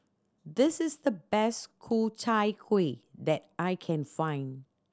this is the best Ku Chai Kuih that I can find